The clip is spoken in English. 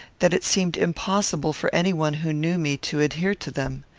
that it seemed impossible for any one who knew me to adhere to them.